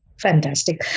Fantastic